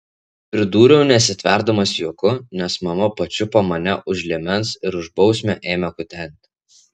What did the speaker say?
pridūriau nesitverdamas juoku nes mama pačiupo mane už liemens ir už bausmę ėmė kutenti